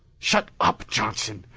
shut up, johnson!